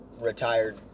retired